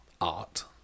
art